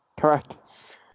Correct